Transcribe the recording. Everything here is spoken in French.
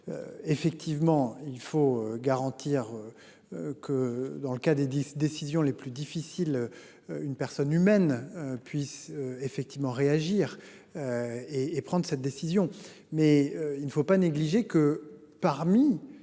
Effectivement il faut garantir. Que dans le cas des 10 décisions les plus difficiles. Une personne humaine puisse effectivement réagir. Et et prendre cette décision, mais il ne faut pas négliger que parmi